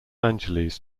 angeles